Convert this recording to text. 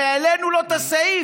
והעלינו לו את הסעיף.